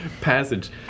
passage